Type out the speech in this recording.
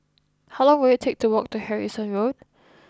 how long will it take to walk to Harrison Road